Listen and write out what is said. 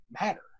matter